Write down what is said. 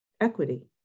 equity